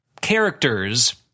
characters